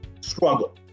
struggle